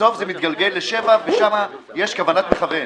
בסוף זה מתגלגל לשבע ושם יש כוונת מכוון.